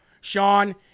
Sean